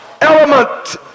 element